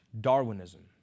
Darwinism